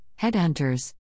Headhunters